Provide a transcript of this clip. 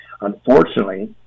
unfortunately